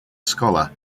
scholar